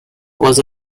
was